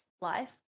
life